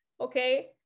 Okay